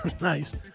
Nice